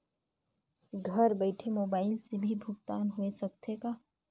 घर बइठे मोबाईल से भी भुगतान होय सकथे का?